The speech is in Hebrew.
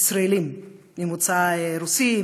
ישראלים ממוצא רוסי,